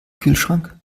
kühlschrank